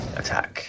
attack